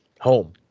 Home